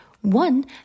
One